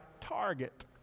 target